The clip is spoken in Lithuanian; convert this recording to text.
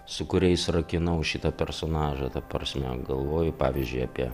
su kuriais rakinau šitą personažą ta prasme galvoju pavyzdžiui apie